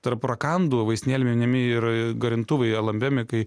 tarp rakandų vaistinėlėj minimi ir garintuvai alambemikai